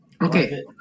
Okay